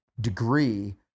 degree